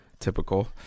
typical